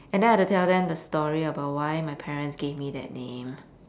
and then I'll have to tell them the story about why my parents gave me that name